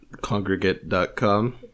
Congregate.com